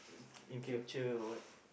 in future or what